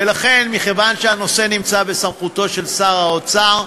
ולכן, מכיוון שהנושא נמצא בסמכותו של שר האוצר,